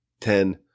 ten